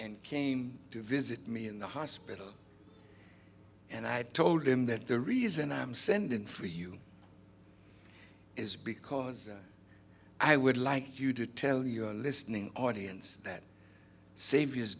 and came to visit me in the hospital and i told him that the reason i am sending for you is because i would like you to tell your listening audience that sa